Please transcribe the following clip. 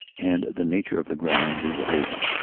and the nature of the ground we were holding,